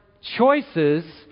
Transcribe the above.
choices